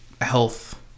health